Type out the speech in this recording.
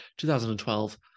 2012